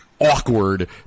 awkward